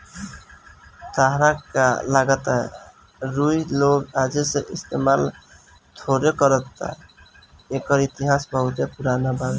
ताहरा का लागता रुई लोग आजे से इस्तमाल थोड़े करता एकर इतिहास बहुते पुरान बावे